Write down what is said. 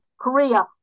Korea